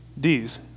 D's